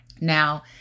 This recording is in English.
Now